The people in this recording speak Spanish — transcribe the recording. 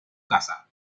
casa